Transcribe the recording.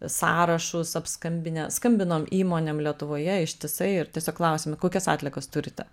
sąrašus apskambinę skambinom įmonėm lietuvoje ištisai ir tiesiog klausėm kokias atliekas turite